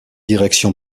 direction